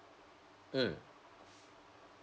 mm